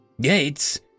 Gates